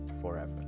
forever